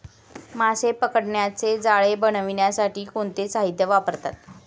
मासे पकडण्याचे जाळे बनवण्यासाठी कोणते साहीत्य वापरतात?